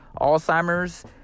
Alzheimer's